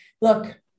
look